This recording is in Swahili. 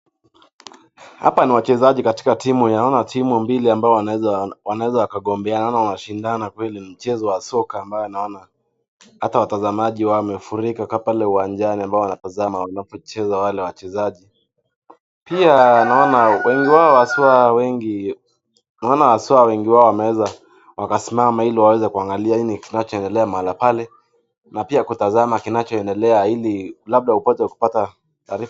Hapa ni wachezaji katika timu ya, naona timu mbili ambayo wanaweza wanaweza wakagombeana. Naona wanashindana kweli, ni mchezo wa soka ambao naona hata watazamaji wamefurika pale uwanjani ambao wanatazama wanapocheza wale wachezaji. Pia naona wengi wao, haswa wengi, naona haswa wengi wao wameweza wakasimama ili waweze kuangalia nini kinachoendelea mahala pale, na pia kutazama kinachoendelea ili labda upate kupata.